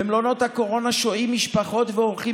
במלונות הקורונה שוהים משפחות ואורחים